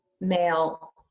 male